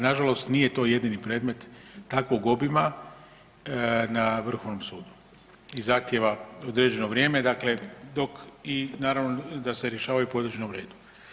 Nije, nažalost nije to jedini predmet takvog obima na Vrhovnom sudu i zahtjeva određeno vrijeme dakle dok i naravno da se rješavaju po određenom redu.